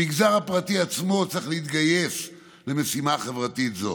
המגזר הפרטי עצמו צריך להתגייס למשימה חברתית זו.